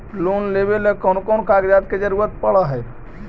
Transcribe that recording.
Loan लेबे ल कैन कौन कागज के जरुरत पड़ है?